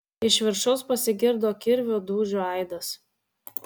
iš viršaus pasigirdo kirvio dūžių aidas